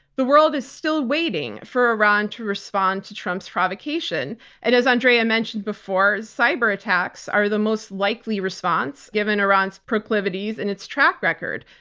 the world is still waiting for iran to respond to trump's provocation and as andrea mentioned before, cyber attacks are the most likely response given iran's proclivities and its track record.